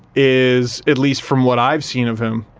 is at least from what i've seen of him,